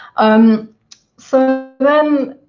um so then,